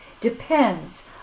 depends